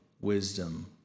wisdom